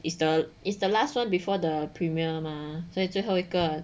is the is the last one before the premier mah 所以最后一个